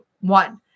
One